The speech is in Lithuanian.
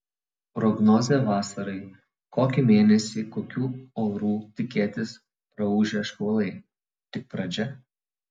prognozė vasarai kokį mėnesį kokių orų tikėtis praūžę škvalai tik pradžia